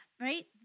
right